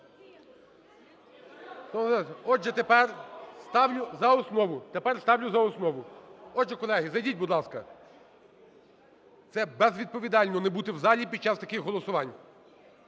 Тепер ставлю за основу. Отже, колеги, зайдіть, будь ласка. Це безвідповідально не бути в залі під час таких голосувань.